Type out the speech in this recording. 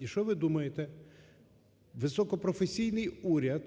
І що ви думаєте, високопрофесійний уряд…